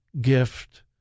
gift